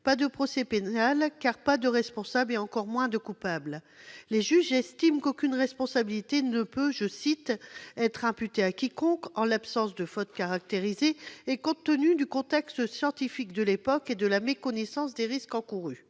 pas de procès pénal, car pas de responsables, et encore moins de coupables ! Les juges estiment qu'aucune responsabilité ne peut « être imputée à quiconque », en « l'absence de faute caractérisée » et compte tenu « du contexte scientifique de l'époque et de la méconnaissance des risques encourus